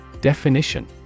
Definition